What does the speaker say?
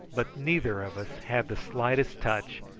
but neither of us had the slightest touch,